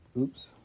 oops